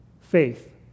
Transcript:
faith